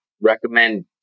recommend